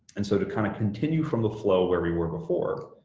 and so to kind of continue from the flow where we were before,